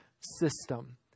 system